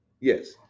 Yes